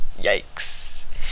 yikes